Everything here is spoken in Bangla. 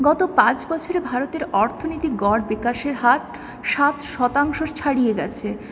গত পাঁচ বছরে ভারতের অর্থনীতির গড় বিকাশের হার সাত শতাংশ ছাড়িয়ে গেছে